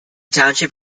township